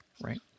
right